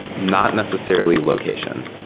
not necessarily location.